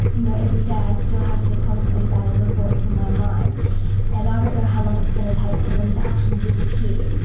you know every day i still have to constantly battle the thoughts in my mind and i don't know how long it's going to take for them to actually disappear.